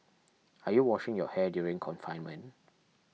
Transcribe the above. are you washing your hair during confinement